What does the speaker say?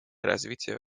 развития